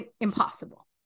impossible